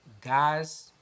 Guys